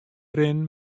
rinnen